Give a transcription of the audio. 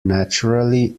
naturally